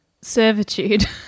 servitude